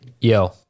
Yo